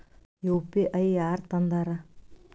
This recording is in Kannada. ಯು.ಪಿ.ಐ ಯಾರ್ ತಂದಾರ?